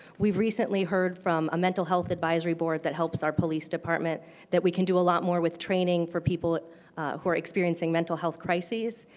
we have recently heard from a mental health advisory board that helps our police department that we can do a lot more with training for people who are experiencing mental health crisis.